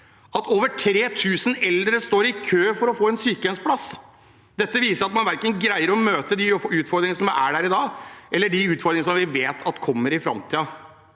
at over 3 000 eldre står i kø for å få sykehjemsplass. Dette viser at man ikke greier å møte verken de utfordringene som er der i dag, eller de utfordringene vi vet kommer i framtiden.